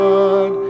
God